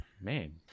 Man